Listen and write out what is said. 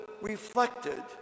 reflected